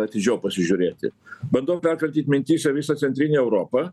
atidžiau pasižiūrėti bandau perkratyt mintyse visą centrinę europą